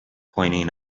pointing